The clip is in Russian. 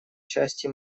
части